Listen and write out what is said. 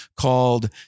called